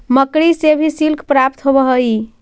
मकड़ि से भी सिल्क प्राप्त होवऽ हई